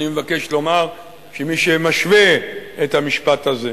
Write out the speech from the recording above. אני מבקש לומר, שמי שמשווה את המשפט הזה